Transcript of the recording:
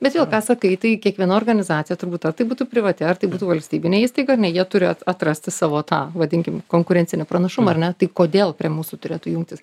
bet vėl ką sakai tai kiekviena organizacija turbūt ar tai būtų privati ar tai būtų valstybinė įstaiga ar ne jie turi atrasti savo tą vadinkim konkurencinį pranašumą ar ne tai kodėl prie mūsų turėtų jungtis